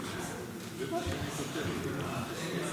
משפט אמר לפני כמה שנים גם